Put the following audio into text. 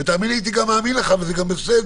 אם הבנתי נכון, ויתקנו אותי אם לא הבנתי